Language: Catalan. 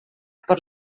per